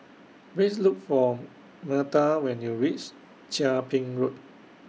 Please Look For Myrta when YOU REACH Chia Ping Road